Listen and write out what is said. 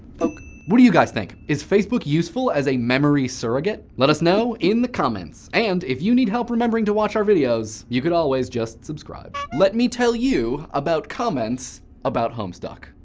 poke! what do you guys think? is facebook useful as a memory surrogate? let us know in the comments. and if you need help remembering to watch our videos, you could always just subscribe. let me tell you about comments about homestuck.